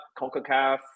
CONCACAF